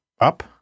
Up